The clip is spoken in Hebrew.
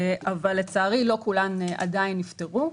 לצערי, עדיין לא כולן נפתרו.